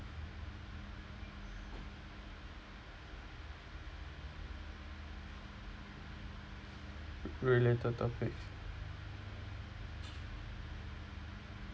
related topics